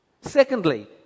Secondly